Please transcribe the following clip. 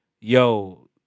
Yo